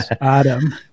Adam